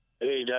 Hey